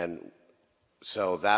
and so that